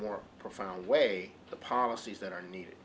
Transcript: more profound way the policies that are needed